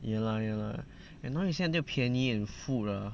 ya lah ya lah now you say until 便宜 and food ah